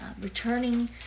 returning